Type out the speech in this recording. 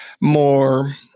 more